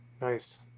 Nice